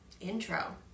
intro